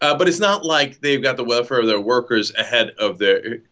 ah but it's not like they've got the welfare of their workers' ahead of the